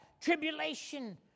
tribulation